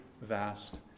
vast